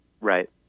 Right